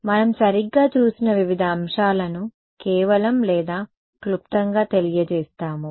కాబట్టి మనం సరిగ్గా చూసిన వివిధ అంశాలను కేవలం లేదా క్లుప్తంగా తెలియజేస్తాము